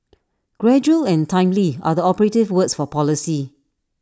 gradual and timely are the operative words for policy